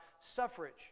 suffrage